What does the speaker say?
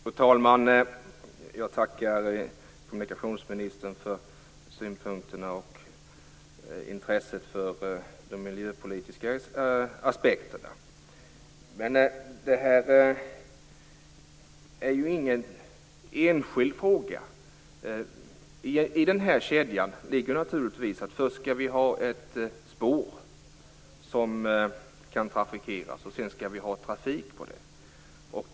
Fru talman! Jag tackar kommunikationsministern för synpunkterna och intresset för de miljöpolitiska aspekterna. Detta är ju ingen enskild fråga. I kedjan ingår naturligtvis att vi först skall ha ett spår som kan trafikeras, och att vi sedan skall ha trafik på spåret.